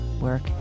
work